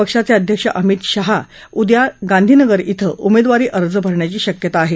पक्षाचे अध्यक्ष अमित शहा उद्या गांधीनगर धिं उमेदवारी अर्ज भरण्याची शक्यता आहे